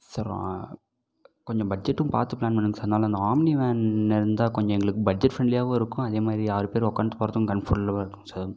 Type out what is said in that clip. sir கொஞ்சம் பட்ஜெட்டும் பார்த்து பிளான் பண்ணுங்கள் சார் அதனால் அந்த ஆம்னி வேன் இருந்தால் கொஞ்சம் எங்களுக்கு பட்ஜெட் ஃப்ரெண்ட்லியாகவும் இருக்கும் அதே மாதிரி ஆறு பேர் உக்காந்ட்டு போகிறதுக்கும் கன்ஃபுல்லாவாக இருக்கும் சார்